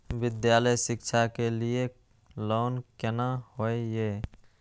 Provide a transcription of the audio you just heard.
विद्यालय शिक्षा के लिय लोन केना होय ये?